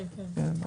כן כן.